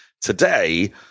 Today